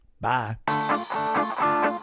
Bye